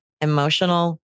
emotional